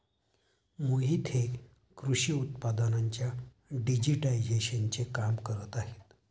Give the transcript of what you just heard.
मोहित हे कृषी उत्पादनांच्या डिजिटायझेशनचे काम करत आहेत